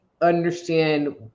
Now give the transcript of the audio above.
understand